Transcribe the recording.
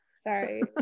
Sorry